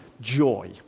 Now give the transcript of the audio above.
joy